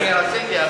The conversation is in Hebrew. אני רציתי,